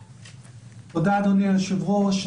תודה אדוני היושב ראש.